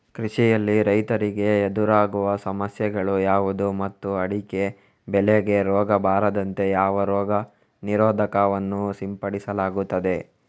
ಕೃಷಿಯಲ್ಲಿ ರೈತರಿಗೆ ಎದುರಾಗುವ ಸಮಸ್ಯೆಗಳು ಯಾವುದು ಮತ್ತು ಅಡಿಕೆ ಬೆಳೆಗೆ ರೋಗ ಬಾರದಂತೆ ಯಾವ ರೋಗ ನಿರೋಧಕ ವನ್ನು ಸಿಂಪಡಿಸಲಾಗುತ್ತದೆ?